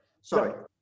sorry